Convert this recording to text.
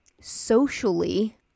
socially